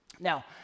Now